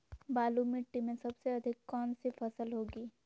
बालू मिट्टी में सबसे अधिक कौन सी फसल होगी?